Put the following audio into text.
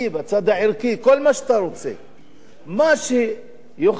כל מה שאתה רוצה.